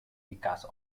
because